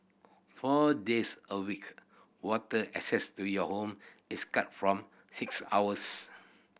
four days a week water access to your home is cut form six hours